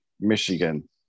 Michigan